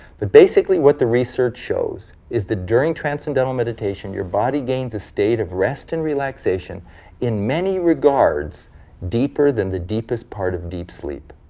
but basically, what the research shows is that during transcendental meditation your body gains a state of rest and relaxation in many regards deeper than the deepest part of deep sleep.